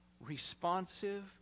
responsive